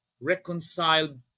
reconciled